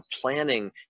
planning